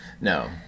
No